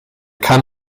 kann